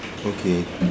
okay